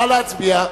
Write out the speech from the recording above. נא להצביע.